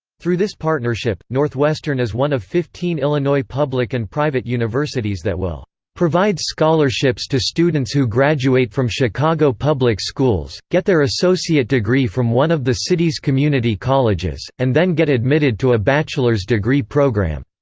through this partnership, northwestern is one of fifteen illinois public and private universities that will provide scholarships to students who graduate from chicago public schools, get their associate degree from one of the city's community colleges, and then get admitted to a bachelor's degree program.